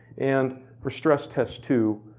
and for stress test two